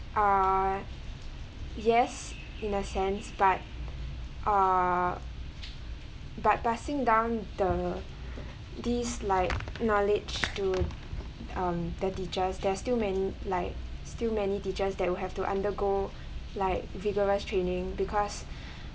uh yes in a sense but uh but passing down the these like knowledge to um the teachers there's still many like still many teachers that will have to undergo like vigorous training because